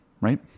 right